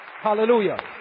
Hallelujah